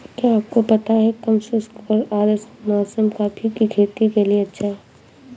क्या आपको पता है कम शुष्क और आद्र मौसम कॉफ़ी की खेती के लिए अच्छा है?